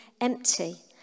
empty